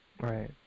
Right